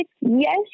Yes